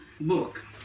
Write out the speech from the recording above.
book